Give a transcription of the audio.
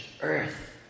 earth